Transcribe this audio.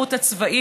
השירות הצבאי,